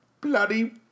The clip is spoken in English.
bloody